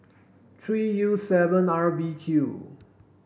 three U seven R B Q